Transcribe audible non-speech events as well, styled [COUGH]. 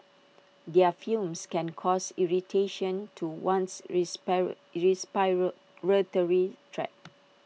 their fumes can cause irritation to one's [UNINTELLIGIBLE] tract